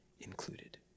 included